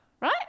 right